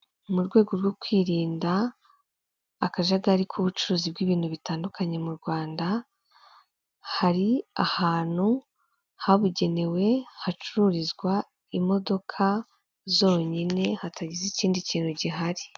Mu rwego rwo kwirinda akajagari k'ubucuruzi bw'ibintu bitandukanye mu Rwanda, hari ahantu habugenewe, hacururizwa imodoka zonyine hatagize ikindi kintu gihari.